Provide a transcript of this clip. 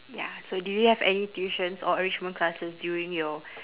ya so do you have any tuitions or enrichment classes during your